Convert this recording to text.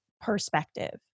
perspective